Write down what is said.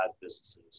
businesses